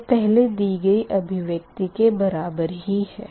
यह पहले दी गयी अभिव्यक्ति के बराबर ही है